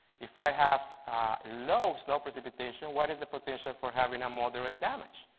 if i have low snow precipitation, what is the potential for having a moderate damage?